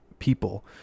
people